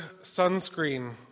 sunscreen